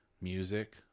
music